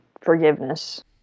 forgiveness